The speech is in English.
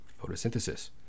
photosynthesis